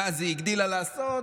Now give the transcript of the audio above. ואז היא הגדילה לעשות,